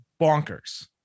bonkers